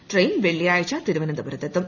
train വെള്ളിയാഴ്ച തിരുവനന്തപുരത്ത് എത്തും